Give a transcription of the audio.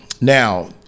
Now